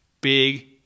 Big